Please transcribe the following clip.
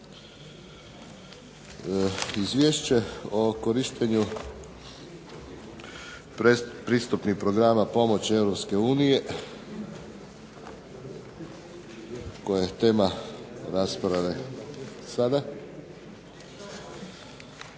Izvješće o korištenju predpristupnih programa pomoći Europske unije koja je tema rasprave sada